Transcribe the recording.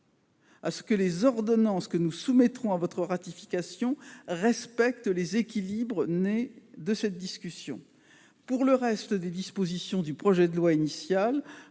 à ce que les ordonnances que nous soumettrons à votre ratification respectent les équilibres nés de cette discussion. Pour le reste des dispositions du projet de loi initial,